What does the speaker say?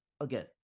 again